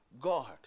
God